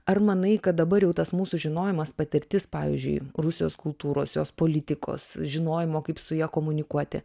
ar manai kad dabar jau tas mūsų žinojimas patirtis pavyzdžiui rusijos kultūros jos politikos žinojimo kaip su ja komunikuoti